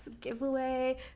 giveaway